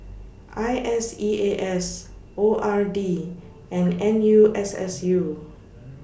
I S E A S O R D and N U S S U